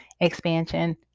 expansion